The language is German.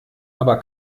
aber